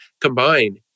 combine